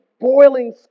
boiling